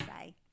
say